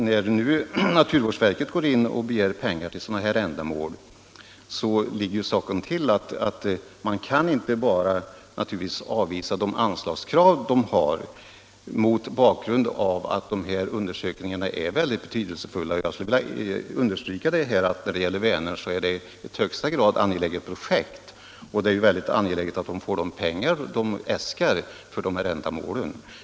När nu naturvårdsverket begär pengar till sådana här ändamål, kan man naturligtvis inte bara avvisa de anslagskrav som verket har. Jag skulle vilja understryka att det projekt som gäller Vänern är i högsta grad betydelsefullt och att det är mycket angeläget att verket får de pengar som man äskar för detta ändamål.